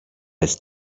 his